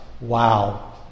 Wow